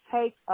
take